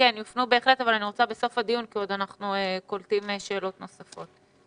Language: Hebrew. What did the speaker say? בהחלט השאלות יופנו אליהם.